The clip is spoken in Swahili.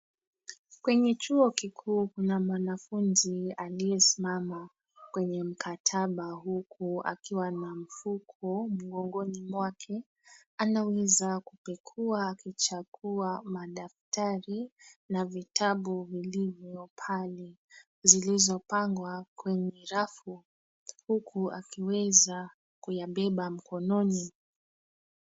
Kwenye chuo kikuu kuna mwanafunzi aliyesimama kwenye mkataba huku akiwa na mfuko mgongoni mwake. Anaweza kupekua akichagua madaftari na vitabu vilivyo pale, zilizopangwa kwenye rafu huku akiweza kuyabeba mkononi.